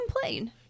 complain